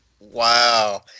Wow